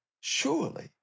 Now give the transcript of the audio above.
surely